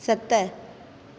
सत